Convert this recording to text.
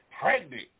pregnant